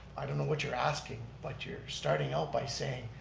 i don't know what you're asking but you're starting out by saying,